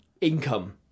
income